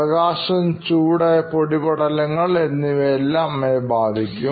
പ്രകാശം ചൂട് പൊടിപടലങ്ങൾ എന്നിവയെല്ലാം അമ്മയെ ബാധിക്കും